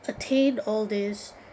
attain all these